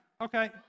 okay